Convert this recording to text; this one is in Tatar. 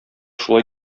шулай